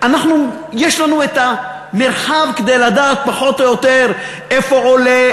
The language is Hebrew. יש לנו את המרחב כדי לדעת פחות או יותר איפה עולה,